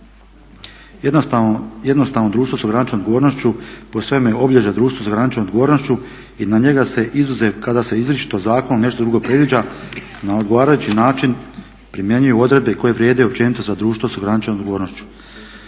Jednostavno društvo sa ograničenom odgovornošću po svojem je obilježju društvo sa ograničenom odgovornošću i na njega se izuzev kada se izričito i zakonu nešto drugo predviđa na odgovarajući način primjenjuju odredbe koje vrijede općenito za društvo sa ograničenom odgovornošću.